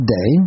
Day